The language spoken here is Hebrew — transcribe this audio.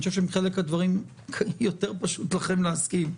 אני חושב שעם חלק מהדברים יותר פשוט לכם להסכים,